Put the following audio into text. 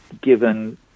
given